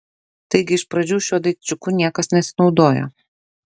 taigi iš pradžių šiuo daikčiuku niekas nesinaudojo